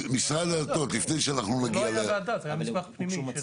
זו לא הייתה וועדה, זה היה מסמך פנימי.